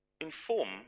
inform